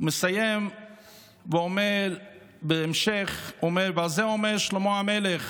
והוא מסיים ואומר בהמשך: ועל זה אומר שלמה המלך